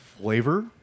flavor